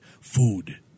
food